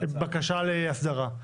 הבקשה להסדרה.